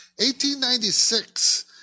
1896